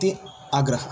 इति आग्रहः